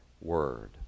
word